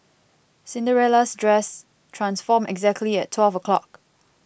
Cinderella's dress transformed exactly at twelve o' clock